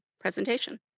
presentation